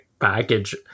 package